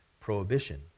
prohibition